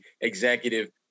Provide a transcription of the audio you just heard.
executive